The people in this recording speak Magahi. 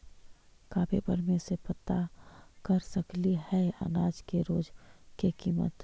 का पेपर में से पता कर सकती है अनाज के रोज के किमत?